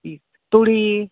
ᱤᱛ ᱛᱩᱲᱤ